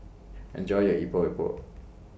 Enjoy your Epok Epok